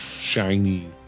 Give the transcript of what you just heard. shiny